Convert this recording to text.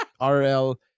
RL